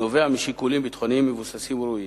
נובע משיקולים ביטחוניים מבוססים וראויים.